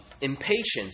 Impatience